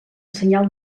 senyal